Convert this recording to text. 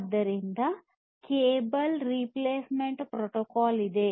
ಆದ್ದರಿಂದ cable replacement protocol ಇದೆ